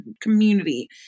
community